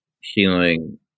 healing